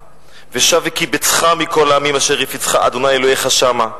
ושב וקיבצך מכל העמים אשר הפיצך ה' אלוהיך שמה.